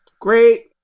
great